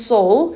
Soul